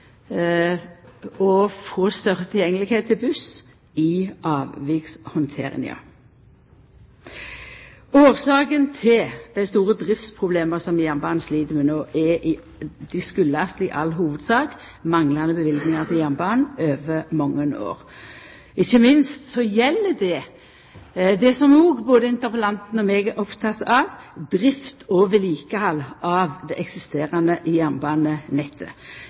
kvaliteten, få ein meir føreseieleg situasjon og få større tilgjengelegheit til buss i avvikshandteringa. Årsaka til dei store driftsproblema som jernbanen slit med no, er i all hovudsak manglande løyvingar til jernbanen over mange år. Ikkje minst gjeld det det som både interpellanten og eg er opptekne av, drift og vedlikehald av det eksisterande jernbanenettet.